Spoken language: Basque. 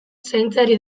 zaintzari